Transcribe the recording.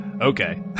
okay